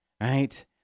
right